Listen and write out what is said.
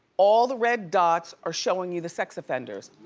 all the red dots are showing you the sex offenders.